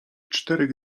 czterech